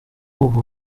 ubu